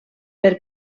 per